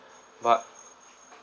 but